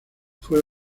fue